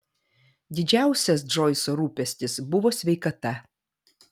didžiausias džoiso rūpestis buvo sveikata